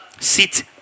Sit